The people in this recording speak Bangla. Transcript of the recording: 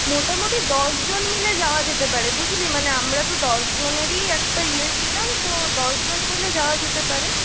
মোটামুটি দশজন মিলে যাওয়া যেতে পারে বুঝলি মানে আমরা তো দশজনেরই একটা ইয়ে ছিলাম তো দশজন মিলে যাওয়া যেতে পারে